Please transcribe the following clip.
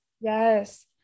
yes